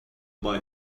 boy